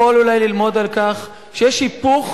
יכול אולי ללמוד על כך שיש היפוך